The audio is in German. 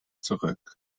zurück